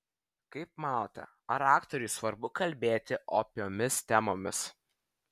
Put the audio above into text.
kaip manote ar aktoriui svarbu kalbėti opiomis temomis